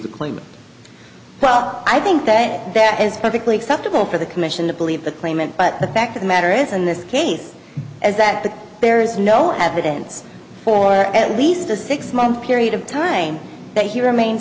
the claim but i think that that is perfectly acceptable for the commission to believe the claimant but the fact of the matter is in this case is that the there is no evidence for at least a six month period of time that he remain